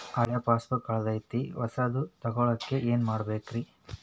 ಹಳೆ ಪಾಸ್ಬುಕ್ ಕಲ್ದೈತ್ರಿ ಹೊಸದ ತಗೊಳಕ್ ಏನ್ ಮಾಡ್ಬೇಕರಿ?